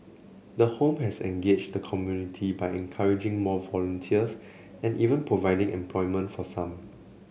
the home has engaged the community by encouraging more volunteers and even providing employment for some